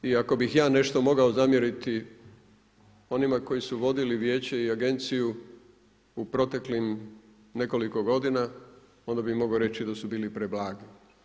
I ako bi ja nešto mogao zamjeriti onima koji su vodili vijeće i agenciju u proteklim nekoliko godina, onda bi mogao reći da su bili preblagi.